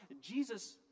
Jesus